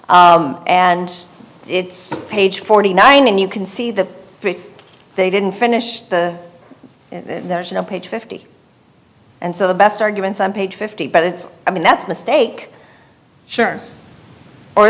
and it's page forty nine and you can see the they didn't finish the page fifty and so the best arguments on page fifty but it's i mean that's a mistake sure or